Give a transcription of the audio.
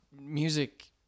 music